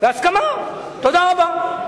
בהסכמה, תודה רבה.